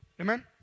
Amen